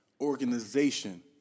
organization